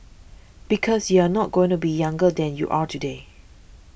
because you are not going to be younger than you are today